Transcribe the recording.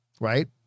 right